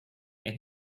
and